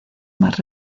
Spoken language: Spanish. más